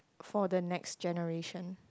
for the next generation